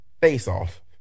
face-off